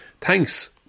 thanks